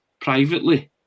privately